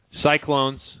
Cyclones